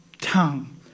tongue